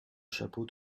chapeau